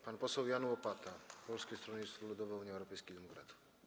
Pan poseł Jan Łopata, Polskie Stronnictwo Ludowe - Unia Europejskich Demokratów.